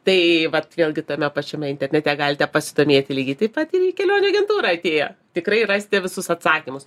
tai vat vėlgi tame pačiame internete galite pasidomėti lygiai taip pat ir į kelionių agentūrą atėję tikrai rasite visus atsakymus